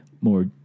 more